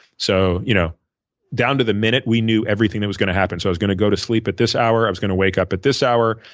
so you know down to the minute we knew everything that was going to happen. so i was going to go to sleep at this hour. i was going to wake up at this hour.